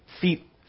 feet